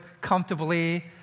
comfortably